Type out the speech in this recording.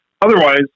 Otherwise